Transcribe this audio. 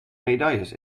medailles